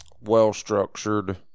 well-structured